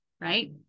right